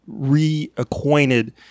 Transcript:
reacquainted